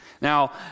now